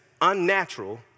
unnatural